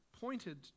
pointed